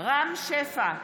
רם שפע,